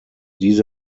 diese